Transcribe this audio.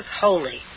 holy